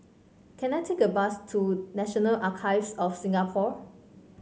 can I take a bus to National Archives of Singapore